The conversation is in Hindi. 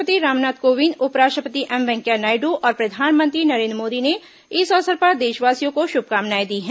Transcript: राष्ट्रपति रामनाथ कोविंद उपराष्ट्रपति एम वेंकैया नायडू और प्रधानमंत्री नरेन्द्र मोदी ने इस अवसर पर देशवासियों को शुभकामनाएं दी हैं